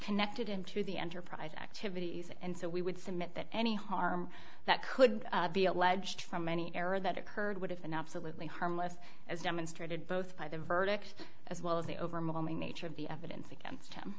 connected into the enterprise activities and so we would submit that any harm that could be alleged from any error that occurred would have been absolutely harmless as demonstrated both by the verdict as well as the overwhelming nature of the evidence against him